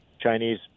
Chinese